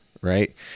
right